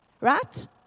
right